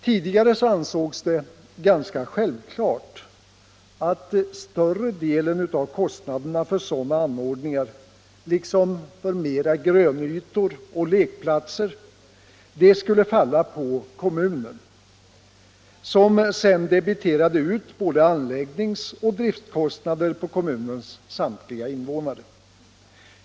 Tidigare ansågs det ganska självklart att större delen av kostnaderna för sådana anordningar liksom för mera grönytor och lekplatser skulle falla på kommunen, som sedan debiterade kommunens samtliga invånare för både anläggningsoch driftkostnader.